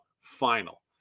final